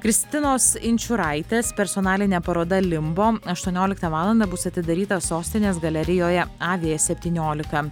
kristinos inčiūraitės personalinė paroda limbom aštuonioliktą valandą bus atidaryta sostinės galerijoje av septyniolika